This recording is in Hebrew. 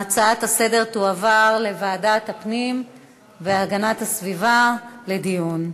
ההצעות לסדר-היום תועברנה לוועדת הפנים והגנת הסביבה לדיון.